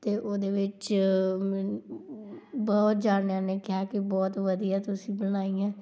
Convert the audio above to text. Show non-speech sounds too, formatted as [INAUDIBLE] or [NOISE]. ਅਤੇ ਉਹਦੇ ਵਿੱਚ [UNINTELLIGIBLE] ਬਹੁਤ ਜਣਿਆਂ ਨੇ ਕਿਹਾ ਕੀ ਬਹੁਤ ਵਧੀਆ ਤੁਸੀਂ ਬਣਾਈ ਹੈ